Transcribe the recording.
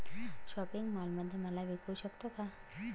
Shopping मॉलमध्ये माल विकू शकतो का?